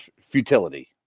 futility